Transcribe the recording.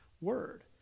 word